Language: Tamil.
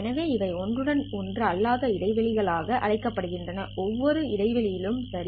எனவே இவை ஒன்றுடன் ஒன்று அல்லாத இடைவெளிகள் களாக அழைக்கப்படுகின்றன ஒவ்வொரு இடைவெளி லும் சரி